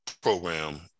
program